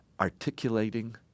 articulating